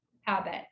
habit